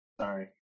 Sorry